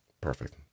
perfect